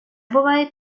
буває